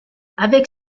avec